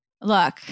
Look